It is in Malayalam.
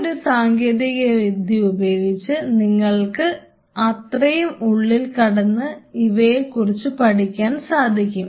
ഈയൊരു സാങ്കേതികവിദ്യ ഉപയോഗിച്ച് നിങ്ങൾക്ക് അത്രയും ഉള്ളിൽ കടന്ന് ഇവയെ കുറിച്ച് പഠിക്കാൻ സാധിക്കും